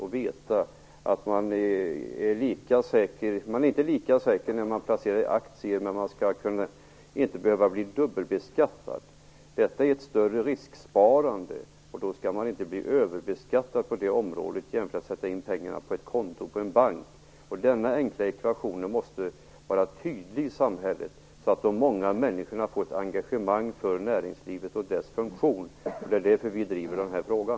Man är inte lika säker när man placerar i aktier som när man placerar på bank, men man skall inte behöva bli dubbelbeskattad. Detta är ett större risksparande, och då skall man inte bli överbeskattad i jämförelse med att sätta in pengarna på ett konto i en bank. Denna enkla ekvation måste vara tydlig i samhället, så att de många människorna får ett engagemang för näringslivet och dess funktion. Det är därför vi driver den här frågan.